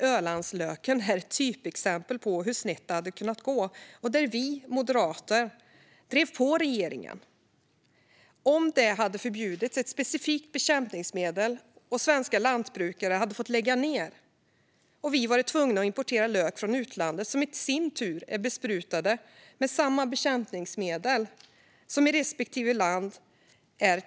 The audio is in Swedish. Ölandslöken är ett typexempel på hur snett det hade kunnat gå om inte Moderaterna drivit på regeringen. Om ett specifikt bekämpningsmedel hade förbjudits och svenska lantbrukare hade fått lägga ned hade vi varit tvungna att importera lök från utlandet som varit besprutad med samma bekämpningsmedel eftersom det är tillåtet i dessa länder.